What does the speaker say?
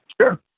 Sure